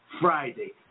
Friday